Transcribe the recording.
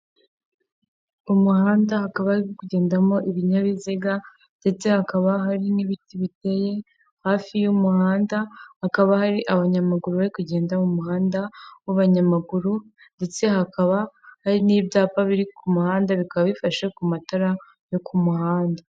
Umuhanda hakaba hari kugendamo ibinyabiziga ndetse hakaba hari n'ibiti biteye hafi y'umuhanda, hakaba hari abanyamaguru barikugenda mu muhanda w'abanyamaguru ndetse hakaba hari n'ibyapa biri ku muhanda bikaba bifashe ku matara yo ku muhanda.